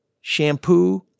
shampoo